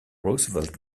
roosevelt